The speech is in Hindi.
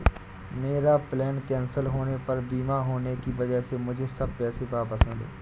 मेरा प्लेन कैंसिल होने पर बीमा होने की वजह से मुझे सब पैसे वापस मिले